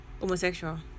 homosexual